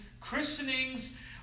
christenings